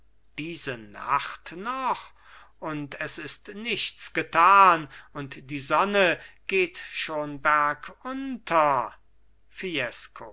diese nacht noch und es ist nichts getan und die sonne geht schon bergunter